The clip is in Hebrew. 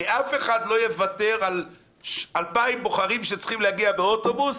הרי אף אחד לא יוותר על 2,000 בוחרים שצריכים להגיע באוטובוס